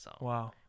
Wow